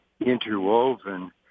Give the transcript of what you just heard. interwoven